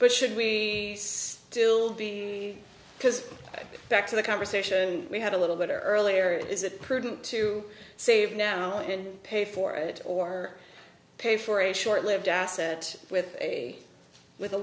but should we still be because back to the conversation we had a little bit earlier it is it prudent to save now and pay for it or pay for a short lived asset with a with a